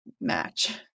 match